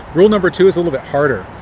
rule number two is a little bit harder.